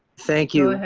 thank you.